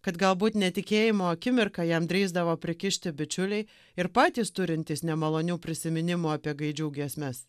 kad galbūt netikėjimo akimirką jam drįsdavo prikišti bičiuliai ir patys turintys nemalonių prisiminimų apie gaidžių giesmes